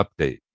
update